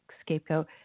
scapegoat